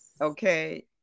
okay